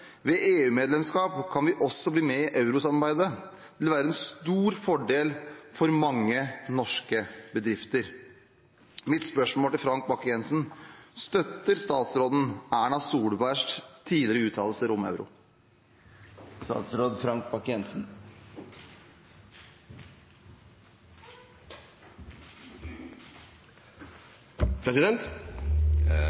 Det ville vært en stor fordel for mange norske bedrifter.» Mitt spørsmål til Frank Bakke-Jensen er: Støtter statsråden Erna Solbergs tidligere uttalelser om euro?